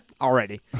Already